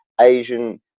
asian